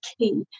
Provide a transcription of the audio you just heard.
key